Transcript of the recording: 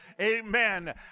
Amen